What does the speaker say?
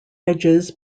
edges